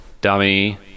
dummy